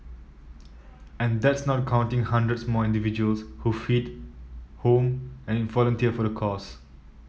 and that's not counting hundreds more individuals who feed home and volunteer for the cause